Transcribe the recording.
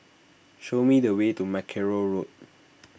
show me the way to Mackerrow Road